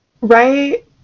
Right